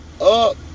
up